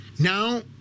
Now